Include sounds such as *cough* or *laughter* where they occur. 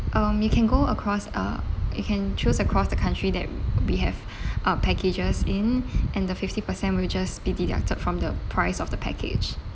um you can go across uh you can choose across the country that we have *breath* uh packages in *breath* and the fifty percent will just be deducted from the price of the package